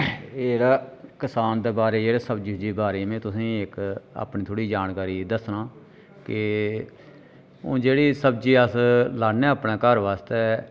एह् जेह्ड़ा करसान दे बारे च जेह्ड़ा सब्जी सुब्जी दे बारे च में तुसेंगी इक अपनी थोह्ड़ी जानकारी दस्सना के हून जेह्ड़ी सब्जी असें लान्ने आं अपने घर आस्तै